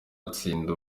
atsinda